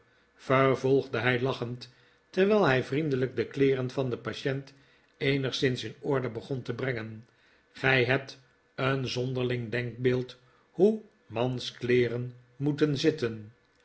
vervolgde hij lachend terwijl hij vriendelijk de kleeren van den patient eenigszins in orde begon te brengen gij hebt een zonderling denkbeeld hoe manskleeren moeten zitten